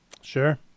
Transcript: Sure